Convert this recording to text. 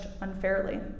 unfairly